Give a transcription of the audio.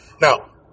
Now